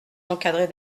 encadrer